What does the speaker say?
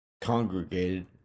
congregated